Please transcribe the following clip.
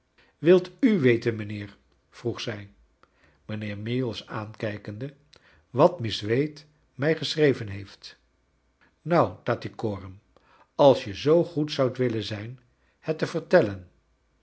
wilt u weten mijnheer vroeg zij mijnheer meagles aankijkende wat miss wade mij geschreven heeft nu tattycoram als je zoo goed zoudt willen zijn het te vertellen